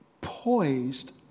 poised